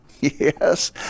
Yes